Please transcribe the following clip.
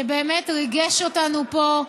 שבאמת ריגש אותנו פה,